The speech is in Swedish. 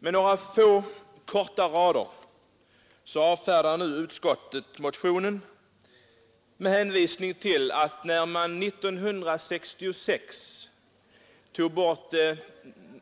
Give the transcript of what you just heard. På några få och korta rader avfärdar utskottet motionen med hänvisning till att när man 1966 tog bort